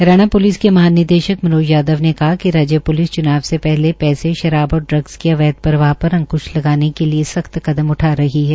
Haryana police के महानिदेशक मनोज यादव ने कहा कि राज्य प्लिस च्नाव से पहले पैसेए शराब और ड्रग्स के अवैध प्रवाह पर अंक्ष लगाने के लिए सख्त कदम उठा रही है